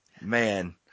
man